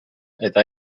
eta